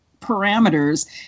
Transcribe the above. parameters